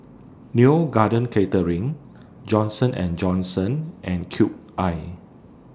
Neo Garden Catering Johnson and Johnson and Cube I